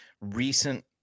recent